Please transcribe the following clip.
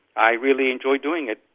i really enjoy doing it.